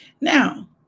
Now